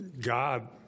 god